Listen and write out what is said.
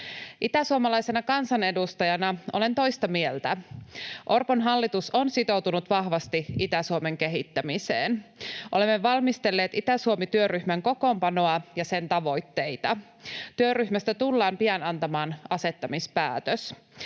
Itäsuomalaisena kansanedustajana olen toista mieltä. Orpon hallitus on sitoutunut vahvasti Itä-Suomen kehittämiseen. Olemme valmistelleet Itä-Suomi-työryhmän kokoonpanoa ja sen tavoitteita. Työryhmästä tullaan pian antamaan asettamispäätös.